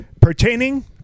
Pertaining